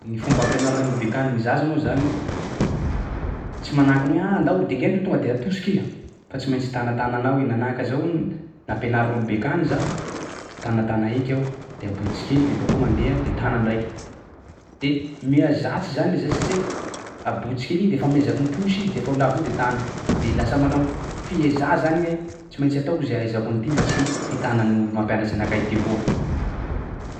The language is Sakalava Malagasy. Ny fomba ampianara gny bekany ny zaza moa zany tsy manahaky ny hoe ah! ndao dingaino ty tonga de atosika iha. Fa tsy maintsy tanatananao i, nanahaka zao nampianarin'olobe akagny zao tanatana eky aho de abotsy kely de bakeo mandeha de tana ndraiky s- de mihazatsy zany le zaza satsia abotsy kely iny de fa miezaky miposy de fa ho lavo iny de tana de lasa manao fiezaha zany i hoe tsy maintsy ataoko zay ahaizako an'ty mba tsy hitanan'olo mampianatsy anakahy ty koa.